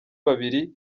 babiri